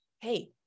hey